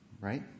right